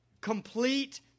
Complete